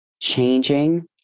changing